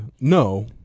No